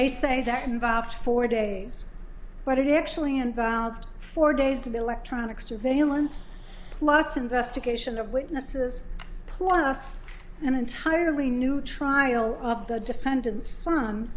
they say that involves four days but it actually and about four days of electronic surveillance plus investigation of witnesses plus an entirely new trial of the defendant's so